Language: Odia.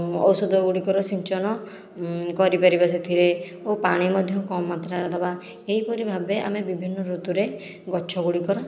ଔଷଧ ଗୁଡ଼ିକର ସିଞ୍ଚନ କରିପାରିବା ସେଥିରେ ଓ ପାଣି ମଧ୍ୟ କମ୍ ମାତ୍ରାରେ ଦେବା ଏହିପରି ଭାବେ ଆମେ ବିଭିନ୍ନ ଋତୁରେ ଗଛ ଗୁଡ଼ିକର